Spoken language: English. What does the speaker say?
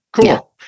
Cool